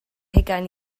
hugain